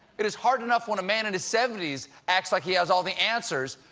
it is hard enough when a man in his seventy s acts like he has all the answers.